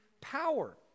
power